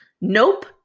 Nope